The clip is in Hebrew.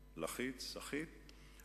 לחיץ, סחיט.